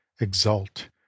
exult